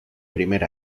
primer